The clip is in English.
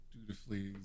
dutifully